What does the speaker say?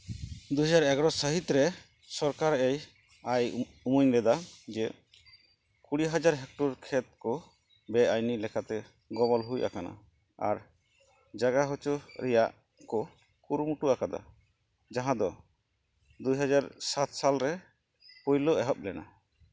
ᱫᱩ ᱦᱟᱡᱟᱨ ᱮᱜᱟᱨᱳ ᱥᱟᱹᱦᱤᱛ ᱨᱮ ᱥᱚᱨᱠᱟᱨᱮ ᱟᱭ ᱩᱢᱟᱹᱱ ᱞᱮᱫᱟ ᱡᱮ ᱠᱩᱲᱤ ᱦᱟᱡᱟᱨ ᱦᱮᱠᱴᱚᱨ ᱠᱷᱮᱛ ᱠᱚ ᱵᱮᱼᱟᱹᱭᱤᱱᱤ ᱞᱮᱠᱟᱛᱮ ᱜᱚᱵᱚᱞ ᱦᱩᱭ ᱟᱠᱟᱱᱟ ᱟᱨ ᱡᱟᱜᱟ ᱦᱚᱪᱚ ᱨᱮᱭᱟᱜ ᱠᱚ ᱠᱩᱨᱩᱢᱩᱴᱩ ᱟᱠᱟᱫᱟ ᱡᱟᱦᱟᱸ ᱫᱚ ᱫᱩ ᱦᱟᱡᱟᱨ ᱥᱟᱛ ᱥᱟᱞᱨᱮ ᱯᱳᱭᱞᱳ ᱮᱦᱚᱵ ᱞᱮᱱᱟ